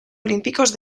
olímpicos